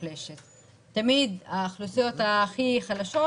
תמיד האוכלוסיות הכי חלשות,